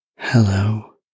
Hello